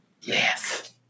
Yes